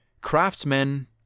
craftsmen